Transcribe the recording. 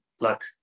luck